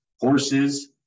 horses